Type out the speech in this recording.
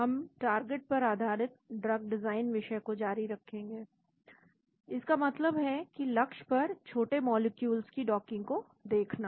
हम टारगेट पर आधारित ड्रग डिजाइन विषय को जारी रखेंगे इसका मतलब है कि लक्ष्य पर छोटे मॉलिक्यूल्स की डॉकिंग को देखना